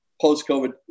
post-COVID